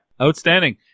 Outstanding